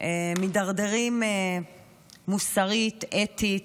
מידרדרים מוסרית, אתית,